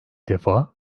defa